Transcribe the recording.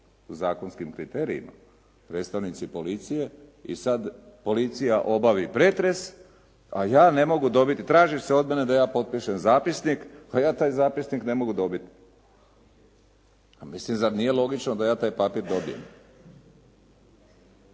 zakonskim kriterijima, predstavnici policije i sada policija obavi pretres, a ja ne mogu dobiti, traži se od mene da je potpišem zapisnik, a ja taj zapisnik ne mogu dobiti. Pa mislim zar nije logično da ja taj papir dobijem.